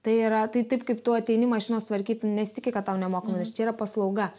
tai yra tai taip kaip tu ateini mašinos tvarkyt nesitiki kad tau nemokamai nes čia yra paslauga